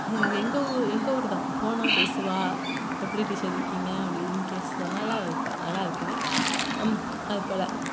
எங்கள் ஊ எங்கள் ஊர் தான் போனால் பேசுவாள் எப்படி டீச்சர் இருக்கீங்க அப்படி இப்படின்னு பேசுவாள் நல்லா இருப்பாள் நல்லா இருக்காள் அதுபோல்